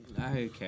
Okay